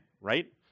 right